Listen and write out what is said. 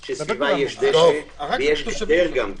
של קרקע שסביבה יהיה דשא ויש גם גדר.